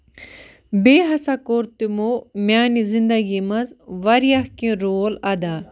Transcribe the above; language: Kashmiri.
بیٚیہِ ہسا کوٚر تِمو میٲنہِ زِندگی منٛز واریاہ کیٚنہہ رول اَدا